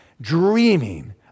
dreaming